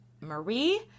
Marie